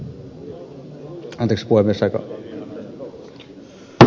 anteeksi puhemies